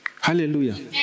hallelujah